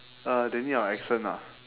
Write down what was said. uh they need our accent ah